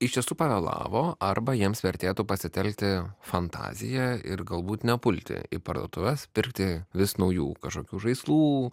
iš tiesų pavėlavo arba jiems vertėtų pasitelkti fantaziją ir galbūt nepulti į parduotuves pirkti vis naujų kažkokių žaislų